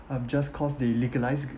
um just cause they legalized